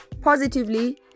positively